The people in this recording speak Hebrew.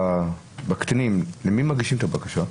בקטינים למי מגישים את הבקשה?